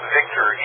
Victor